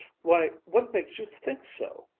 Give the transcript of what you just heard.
why, what makes you think so?